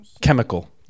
chemical